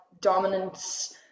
dominance